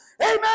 Amen